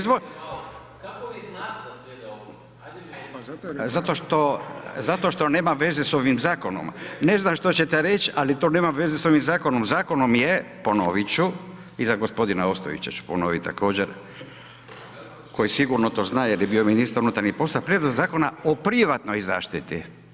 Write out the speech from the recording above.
Zato što nema veze s ovim zakonom, ne znam što ćete reći ali to nema veze s ovim zakonom, zakonom je ponovit ću i za gospodina Ostojića ću ponovit također koji sigurno to zna jer je bio ministar unutarnjih poslova, Prijedlog Zakona o privatnoj zaštiti.